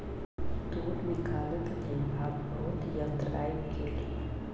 तूर निकालैक लेल आब बहुत यंत्र आइब गेल